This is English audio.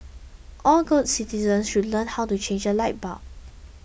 all good citizens should learn how to change a light bulb